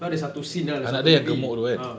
kan ada satu scene ah dalam satu movie ah